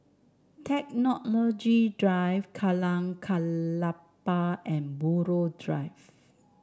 Technology Drive Jalan Klapa and Buroh Drive